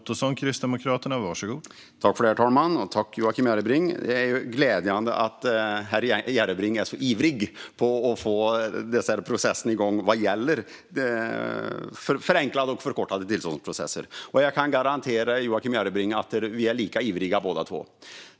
Herr talman och Joakim Järrebring! Det är glädjande att herr Järrebring är så ivrig att få till stånd förenklade och förkortade tillståndsprocesser. Jag kan garantera Joakim Järrebring att vi är lika ivriga båda två.